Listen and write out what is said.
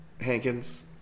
Hankins